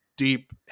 deep